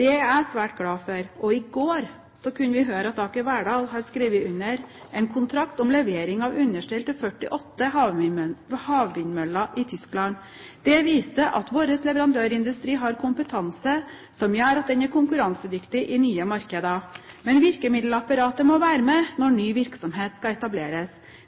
Det er jeg svært glad for, og i går kunne vi høre at Aker Verdal har skrevet under på en kontrakt om levering av understell til 48 havvindmøller i Tyskland. Det viser at vår leverandørindustri har kompetanse som gjør at den er konkurransedyktig i nye markeder. Men virkemiddelapparatet må være med når ny virksomhet skal etableres.